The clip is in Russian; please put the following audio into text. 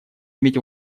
иметь